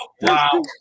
Wow